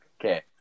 Okay